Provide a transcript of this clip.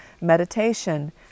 meditation